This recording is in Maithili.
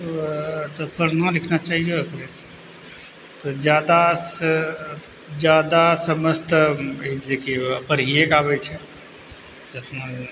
तऽ पढ़ना लिखना चाहिअ ओकरेसँ तऽ ज्यादासँ ज्यादा समझ तऽ कहै छै कि पढ़िएकऽ आबै छै जतना जे छै